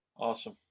Awesome